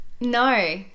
no